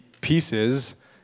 pieces